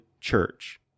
church